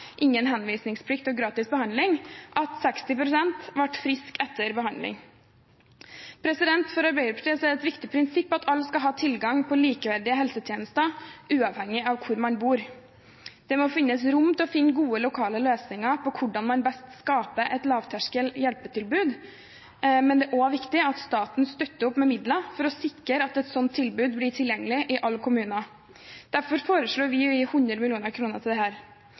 ingen henvisningsplikt og gratis behandling, at 60 pst. ble friske etter behandling. For Arbeiderpartiet er det et viktig prinsipp at alle skal ha tilgang på likeverdige helsetjenester, uavhengig av hvor man bor. Det må finnes rom til å finne gode lokale løsninger på hvordan man best skaper et lavterskel hjelpetilbud, men det er også viktig at staten støtter opp med midler for å sikre at et slikt tilbud blir tilgjengelig i alle kommuner. Derfor foreslår vi å gi 100 mill. kr til